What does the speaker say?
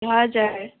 हजुर